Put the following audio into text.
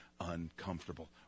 uncomfortable